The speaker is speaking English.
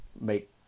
make